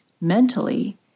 Mentally